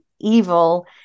evil